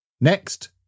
Next